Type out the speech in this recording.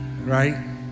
Right